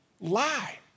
lie